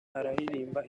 araririmba